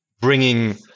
bringing